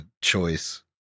choice